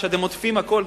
אתם עוטפים הכול,